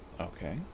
Okay